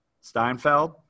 Steinfeld